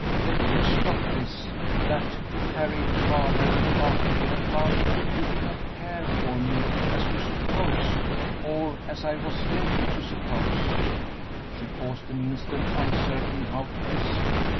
better to stop this that to carry it farther after you had found you did not care for me as you supposed or as i was led to suppose she paused an instant, uncertain how to proceed.